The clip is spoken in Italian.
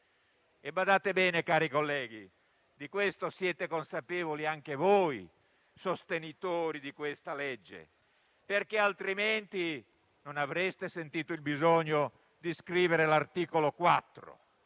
Costituzione. Cari colleghi, di questo siete consapevoli anche voi, sostenitori di questo disegno di legge, perché altrimenti non avreste sentito il bisogno di scrivere l'articolo 4,